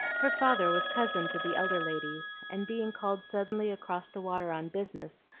her father was cousin to the elder ladies, and being called suddenly across the water on business,